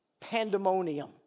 pandemonium